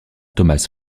thomas